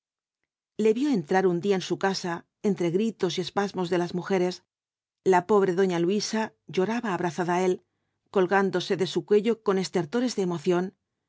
le vio entrar un día en su casa entre gritos y espasmos de las mujeres la pobre doña luisa lloraba abrazada á él colgándose de su cuello con estertores de emoción